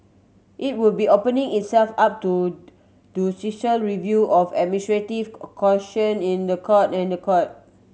it would be opening itself up to review of administrative caution in the Court